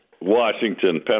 Washington